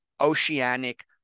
oceanic